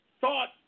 thought